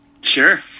Sure